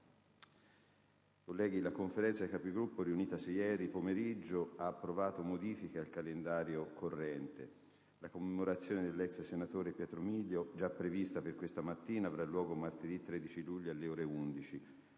colleghi, la Conferenza dei Capigruppo, riunitasi ieri pomeriggio, ha approvato modifiche al calendario corrente. La commemorazione dell'ex senatore Pietro Milio, già prevista per questa mattina, avrà luogo martedì 13 luglio, alle ore 11;